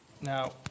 Now